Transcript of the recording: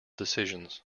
decisions